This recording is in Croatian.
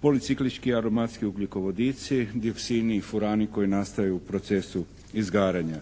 policiklički aromatski ugljikovodici, dioskini i furani koji nastaju u procesu izgaranja.